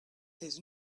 his